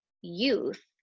youth